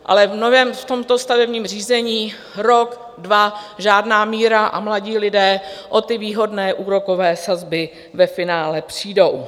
Ale v tomto stavebním řízení rok, dva žádná míra a mladí lidé o ty výhodné úrokové sazby ve finále přijdou.